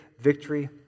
Victory